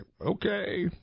okay